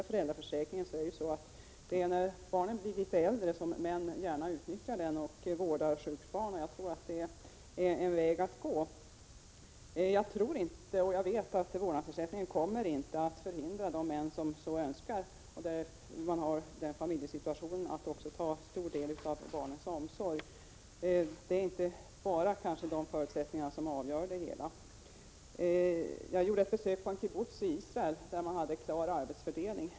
Föräldraförsäkringen utnyttjas så att män när barnen blir litet äldre gärna utnyttjar den för att vårda sjukt barn. Jag vet att vårdnadsersättningen inte kommer att hindra de män som önskar det, och som har den familjesituationen, att ta stor del i barnens omsorg. Det är inte bara dessa förutsättningar som avgör det hela. Jag gjorde ett besök på en kibbutz i Israel där man hade en klar arbetsfördelning.